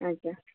ଆଜ୍ଞା